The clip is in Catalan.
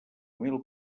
mil